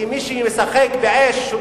כי מי שמשחק באש,